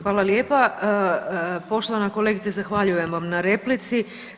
Hvala lijepa poštovana kolegice, zahvaljujem vam na replici.